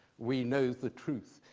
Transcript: we know is the truth,